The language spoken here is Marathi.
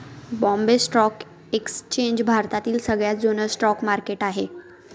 बॉम्बे स्टॉक एक्सचेंज भारतातील सगळ्यात जुन स्टॉक मार्केट आहे